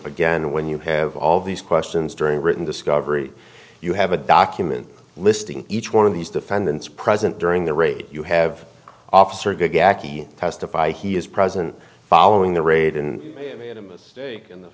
again when you have all these questions during written discovery you have a document listing each one of these defendants present during the rate you have officer gak to testify he is present following the raid in may i made a mistake in the